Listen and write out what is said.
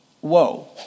Whoa